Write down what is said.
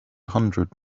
hundred